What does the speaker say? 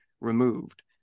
removed